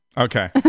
Okay